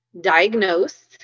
diagnose